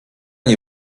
nie